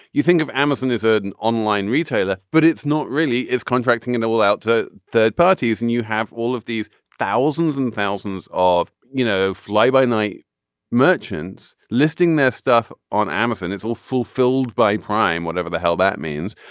you think of amazon as an online retailer but it's not really it's contracting and it will out to third parties and you have all of these thousands and thousands of you know fly by night merchants listing this stuff on amazon. it's all fulfilled by prime whatever the hell that means.